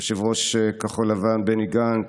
יושב-ראש כחול לבן בני גנץ,